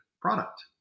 product